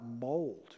mold